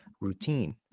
routine